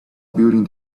building